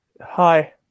hi